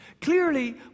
clearly